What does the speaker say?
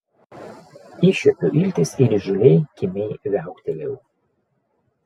iššiepiau iltis ir įžūliai kimiai viauktelėjau